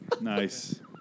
Nice